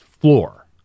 floor